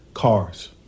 cars